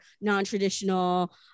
non-traditional